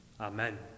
Amen